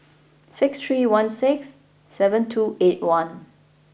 six three one six seven two eight one